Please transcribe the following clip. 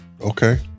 Okay